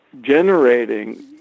generating